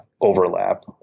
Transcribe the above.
overlap